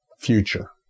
future